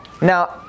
Now